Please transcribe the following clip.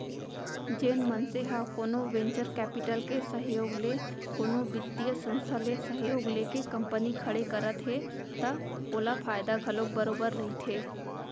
जेन मनसे ह कोनो वेंचर कैपिटल के सहयोग ले कोनो बित्तीय संस्था ले सहयोग लेके कंपनी खड़े करत हे त ओला फायदा घलोक बरोबर रहिथे